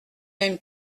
même